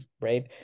right